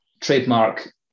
trademark